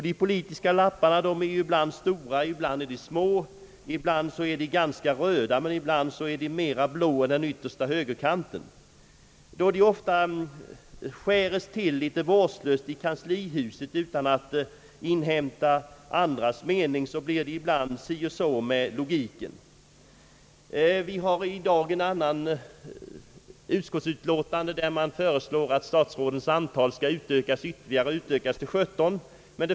De politiska lapparna är ibland stora och ibland små, ibland är de ganska röda, men ibland är de mera blå än den yttersta högerkanten. Då lapparna ofta skärs till litet vårdslöst i kanslihuset, utan att man inhämtar andras mening, blir det ibland si och så med logiken. Vi har i dag att behandla ett annat ulskottsutlåtande där det föreslås att statsrådens antal skall utökas ytterligare, till 17.